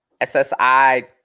SSI